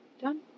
done